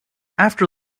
after